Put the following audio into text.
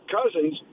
Cousins